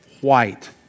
white